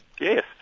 Yes